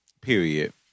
Period